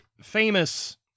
famous